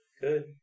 good